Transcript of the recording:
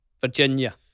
Virginia